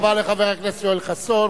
תודה רבה לחבר הכנסת יואל חסון.